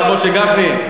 הרב משה גפני,